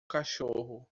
cachorro